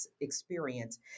experience